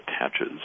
attaches